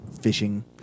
fishing